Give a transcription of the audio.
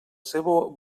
seua